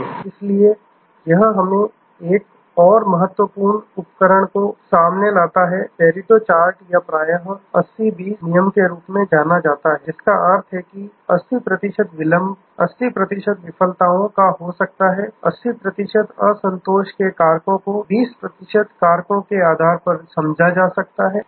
इसलिए यह हमें एक और महत्वपूर्ण उपकरण को सामने लाता है जिसे पेरेटो चार्ट या प्रायः 80 20 नियम के रूप में जाना जाता है जिसका अर्थ है कि 80 प्रतिशत विलंब 80 प्रतिशत विफलताओं का हो सकता है 80 प्रतिशत असंतोष के कारणों को 20 प्रतिशत कारकों के आधार पर समझा जा सकता है